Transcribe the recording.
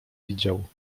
widział